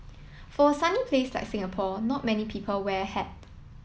for a sunny place like Singapore not many people wear a hat